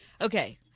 Okay